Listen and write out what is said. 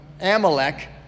Amalek